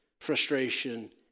frustration